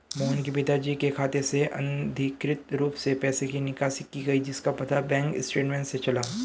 मोहन के पिताजी के खाते से अनधिकृत रूप से पैसे की निकासी की गई जिसका पता बैंक स्टेटमेंट्स से चला